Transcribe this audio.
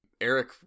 Eric